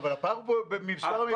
אבל הפער פה הוא במספר המבנים.